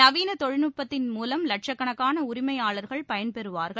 நவீள தொழில்நட்பத்தின் மூலம் லட்சக்கணக்கான உரிமையாளர்கள் பயன்பெறுவார்கள்